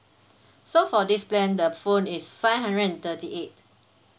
so for this plan the phone is five hundred and thirty eight